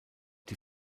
die